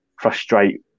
frustrate